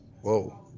Whoa